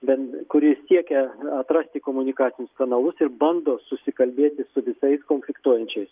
ben kuri siekia atrasti komunikacinius kanalus ir bando susikalbėti su visais konfliktuojančiais